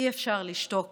אי-אפשר לשתוק